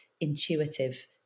intuitive